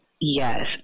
Yes